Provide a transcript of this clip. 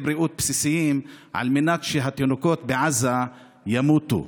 בריאות בסיסיים על מנת שהתינוקות בעזה ימותו.